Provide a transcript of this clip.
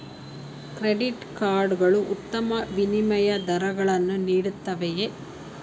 Credit card ಗಳು ಉತ್ತಮ ವಿನಿಮಯ ದರಗಳನ್ನು ನೀಡುತ್ತವೆಯೇ?